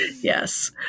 Yes